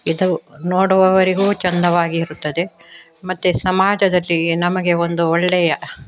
ಇದು ನೋಡುವವರಿಗೂ ಚೆಂದವಾಗಿರುತ್ತದೆ ಮತ್ತೆ ಸಮಾಜದಲ್ಲಿ ನಮಗೆ ಒಂದು ಒಳ್ಳೆಯ